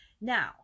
Now